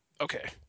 okay